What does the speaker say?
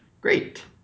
Great